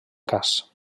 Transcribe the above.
cas